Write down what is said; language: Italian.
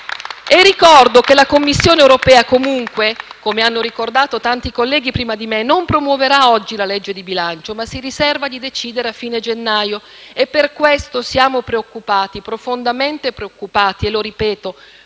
che comunque la Commissione europea - come hanno ricordato tanti colleghi prima di me - non promuoverà oggi la legge di bilancio, ma si riserva di decidere a fine gennaio e per questo siamo profondamente preoccupati, e non per